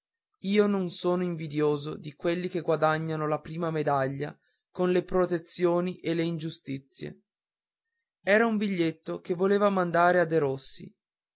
io non sono invidioso di quelli che guadagnano la prima medaglia con le protezioni e le ingiustizie era un biglietto che voleva mandare a derossi